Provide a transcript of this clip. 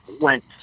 went